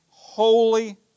Holy